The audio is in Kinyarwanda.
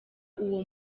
uwo